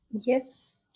Yes